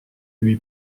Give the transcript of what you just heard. lui